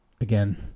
again